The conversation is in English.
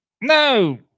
No